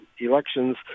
elections